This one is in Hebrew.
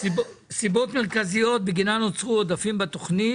סיבות מרכזיות בגינן נוצרו עודפים בתכנית,